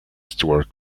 stewart